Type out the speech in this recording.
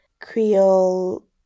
Creole